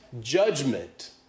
judgment